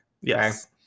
Yes